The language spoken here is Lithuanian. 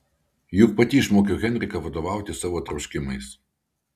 juk pati išmokiau henriką vadovautis savo troškimais